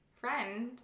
friend